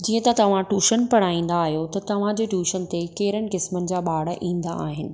जीअं त तव्हां टूशन पढाईंदा आहियो त तव्हांजी टूशन ते कहिड़े क़िस्मनि जा ॿार ईंदा आहिनि